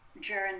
journey